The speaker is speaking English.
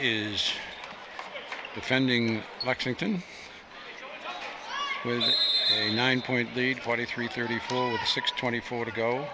is defending lexington was a nine point lead forty three thirty forty six twenty four to go